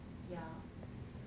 ya